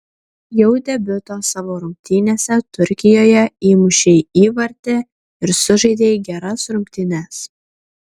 jau debiuto savo rungtynėse turkijoje įmušei įvartį ir sužaidei geras rungtynes